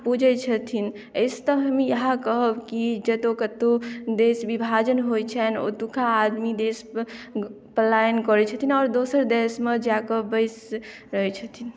पूजै छथिन एहि सँ तऽ हम इएह कहब जे जतौ कतौ देश विभाजन होइ छनि ओतुका आदमी देश पलायन करै छथिन आओर दोसर देशमे जा कऽ बसि रहै छथिन